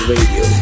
Radio